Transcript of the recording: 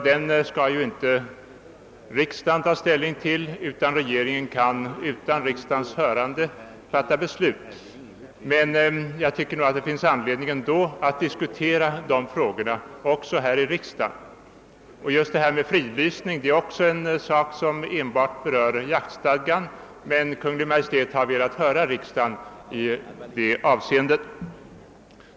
Denna skall inte riksdagen ta ställning till utan regeringen kan utan riksdagens hörande fatta beslut därvidlag, men jag tycker ändå det finns anledning att diskutera frågorna också här i riksdagen. Just detta med fridlysning är en sak som enbart berör jaktstadgan, men Kungl. Maj:t har ändå velat höra riksdagen 1 det avseendet.